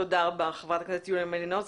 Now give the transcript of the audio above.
תודה רבה , חברת הכנסת יוליה מלינובסקי.